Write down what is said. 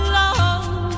love